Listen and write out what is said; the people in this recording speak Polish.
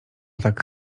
tak